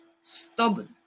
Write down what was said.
Stubborn